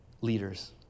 leaders